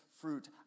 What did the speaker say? fruit